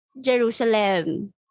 Jerusalem